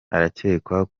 arakekwaho